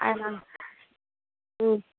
அதனால ம்